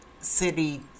city